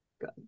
Good